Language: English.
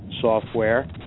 software